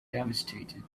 devastated